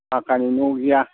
पाक्कानि न' गैया